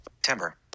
Timber